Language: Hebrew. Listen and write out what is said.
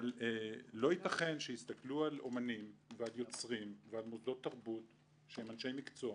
לא ייתכן שיסתכלו על יוצרים ועל אומנים ועל מוסדות תרבות שהם אנשי מקצוע